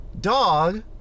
dog